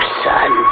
son